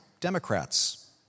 Democrats